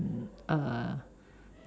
uh